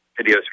videos